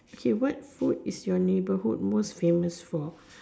okay what food is your neighborhood most famous for